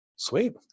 Sweet